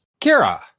Kira